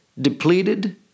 depleted